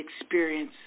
experience